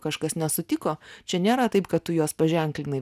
kažkas nesutiko čia nėra taip kad tu juos paženklinai